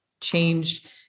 changed